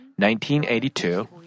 1982